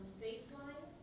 baseline